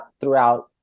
throughout